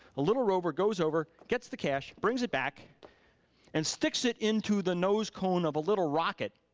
a little rover goes over, gets the cache, brings it back and sticks it into the nosecone of a little rocket,